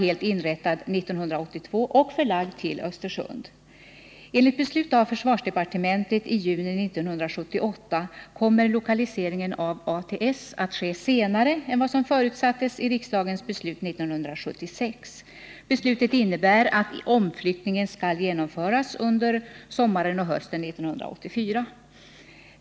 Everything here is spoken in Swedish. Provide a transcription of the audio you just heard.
Enligt beslut av försvarsdepartementet i juni 1978 kommer lokaliseringen av ATS att ske senare än vad som förutsattes i riksdagens beslut 1976. Beslutet innebär att omflyttningen skall genomföras under sommaren och hösten 1984.